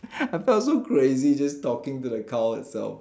I felt so crazy just talking to the cow itself